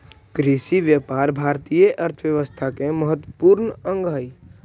कृषिव्यापार भारतीय अर्थव्यवस्था के महत्त्वपूर्ण अंग हइ